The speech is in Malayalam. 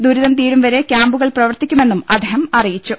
ദുരിതം തീരും വരെ കൃാമ്പുകൾ പ്രവർത്തിക്കുമെന്നും അദ്ദേഹം അറിയിച്ചു